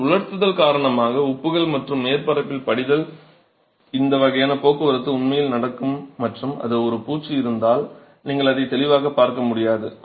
ஆனால் உலர்த்துதல் காரணமாக உப்புக்கள் மற்றும் மேற்பரப்பில் படிதல் இந்த வகையான போக்குவரத்து உண்மையில் நடக்கும் மற்றும் அது பூச்சு இருந்தால் நீங்கள் அதை தெளிவாக பார்க்க முடியாது